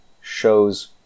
shows